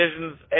Visions